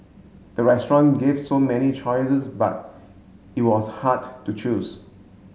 the restaurant gave so many choices but it was hard to choose